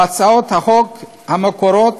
בהצעות החוק המקוריות